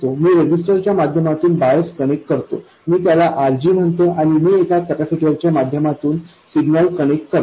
मी resistor च्या माध्यमातून bias connect करतो मी त्यास RG म्हणतो आणि मी एका कॅपेसिटर च्या माध्यमातून सिग्नल कनेक्ट करतो